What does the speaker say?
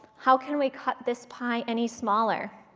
how can we cut this pie any smaller?